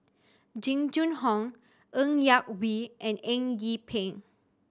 Jing Jun Hong Ng Yak Whee and Eng Yee Peng